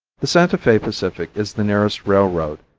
the santa fe pacific is the nearest railroad,